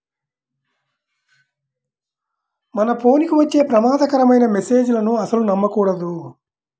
మన ఫోన్ కి వచ్చే ప్రమాదకరమైన మెస్సేజులను అస్సలు నమ్మకూడదు